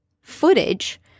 footage